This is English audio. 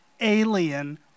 alien